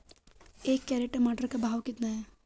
एक कैरेट टमाटर का भाव कितना है?